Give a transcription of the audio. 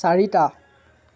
চাৰিটা